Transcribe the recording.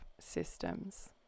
systems